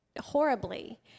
horribly